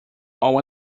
all